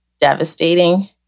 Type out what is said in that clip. devastating